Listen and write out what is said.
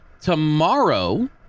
Tomorrow